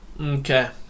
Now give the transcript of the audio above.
Okay